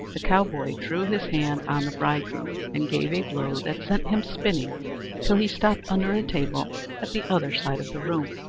the cowboy drew his hand on the bridegroom, and gave a blow that sent him spinning till he stopped under a table at the other side of the room.